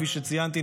כפי שציינתי,